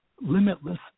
limitless